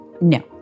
No